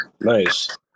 Nice